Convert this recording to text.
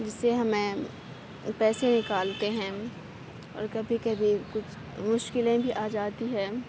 جس سے ہمیں پیسے نکالتے ہیں اور کبھی کبھی کچھ مشکلیں بھی آ جاتی ہے